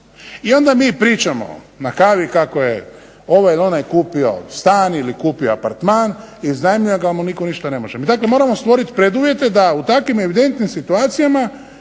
I onda mi pričamo na kavi kako je ovaj ili onaj kupio stan ili kupio apartman, iznajmio ga ali mu nitko ništa ne može. Dakle, moramo stvoriti preduvjete da u takvim evidentnim situacijama